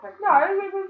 No